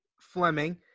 fleming